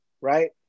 right